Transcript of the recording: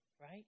right